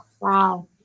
Wow